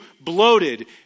bloated